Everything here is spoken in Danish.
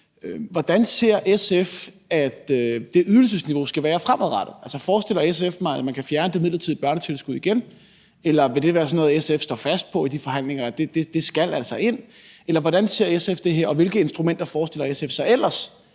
Hvordan ser SF at det ydelsesniveau skal være fremadrettet? Forestiller SF sig, at man kan fjerne det midlertidige børnetilskud igen, eller vil det være sådan noget, SF står fast på skal ind i de forhandlinger, eller hvordan ser SF det her? Og hvilke instrumenter forestiller SF sig ellers